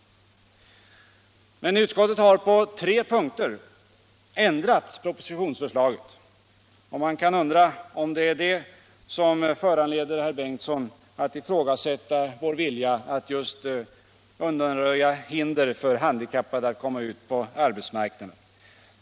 Utskottet har på tre punkter ändrat propositionsförslaget. Man kan undra om det är det som föranleder herr Bengtsson att ifrågasätta vår vilja att just undanröja hinder för handikappade att komma ut på arbetsmarknaden.